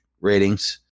ratings